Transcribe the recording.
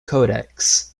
codex